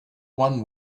one